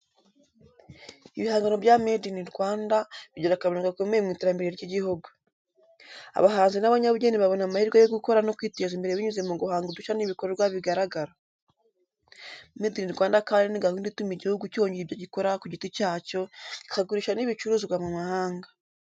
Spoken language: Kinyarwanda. Ibihangano bya “Made in Rwanda” bigira akamaro gakomeye mu iterambere ry’igihugu. Abahanzi n’abanyabugeni babona amahirwe yo gukora no kwiteza imbere binyuze mu guhanga udushya n’ibikorwa bigaragara. Made in Rwanda kandi ni gahunda ituma igihugu cyongera ibyo gikora ku giti cyacyo, kikagurisha n'ibicuruzwa mu mahanga.